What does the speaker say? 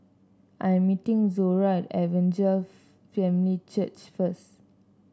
I'm meeting Zora at Evangel Family Church first